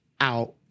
out